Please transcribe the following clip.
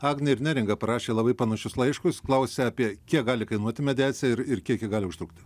agnė ir neringa parašė labai panašius laiškus klausė apie kiek gali kainuoti mediacija ir ir kiek ji gali užtrukti